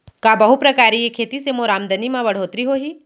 का बहुप्रकारिय खेती से मोर आमदनी म बढ़होत्तरी होही?